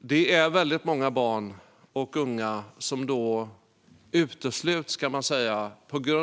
det är många barn och unga som utesluts